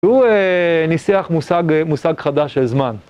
הוא ניסח מושג חדש של זמן.